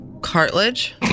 Cartilage